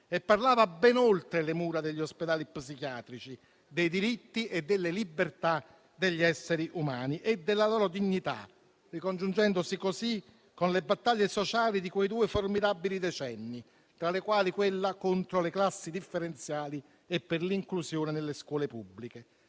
e parlava ben oltre le mura degli ospedali psichiatrici dei diritti e delle libertà degli esseri umani e della loro dignità, ricongiungendosi così con le battaglie sociali di quei due formidabili decenni, tra le quali quella contro le classi differenziali e per l'inclusione nelle scuole pubbliche.